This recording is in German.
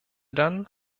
dann